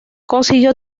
consiguió